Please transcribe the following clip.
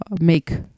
make